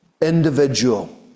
individual